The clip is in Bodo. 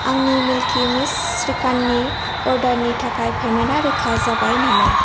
आंनि मिल्कि मिस्त श्रीखान्डनि अर्डारनि थाखाय पेमेन्टा रोखा जाबाय नामा